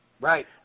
Right